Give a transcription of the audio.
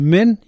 Men